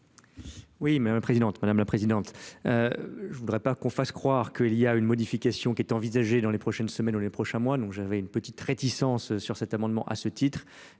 madame la présidente je ne voudrais pas qu'on fasse croire qu'il y a une modification qui est envisagée dans les prochaines semaines dans les prochains mois j'avais une petite réticence sur cet amendement à ce titre